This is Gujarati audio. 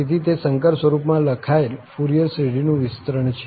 તેથી તે સંકર સ્વરૂપમાં લખાયેલ ફુરિયર શ્રેઢીનું વિસ્તરણ છે